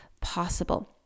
possible